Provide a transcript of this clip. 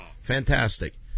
Fantastic